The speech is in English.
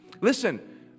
Listen